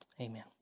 amen